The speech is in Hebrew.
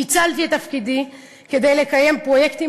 ניצלתי את תפקידי כדי לקיים פרויקטים